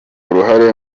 uruhare